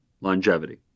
longevity